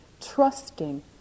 trusting